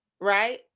Right